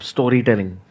Storytelling